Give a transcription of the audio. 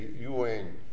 UN